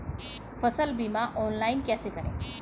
फसल बीमा ऑनलाइन कैसे करें?